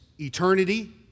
eternity